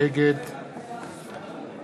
נגד